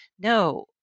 no